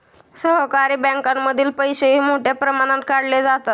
सहकारी बँकांमधील पैसेही मोठ्या प्रमाणात काढले जातात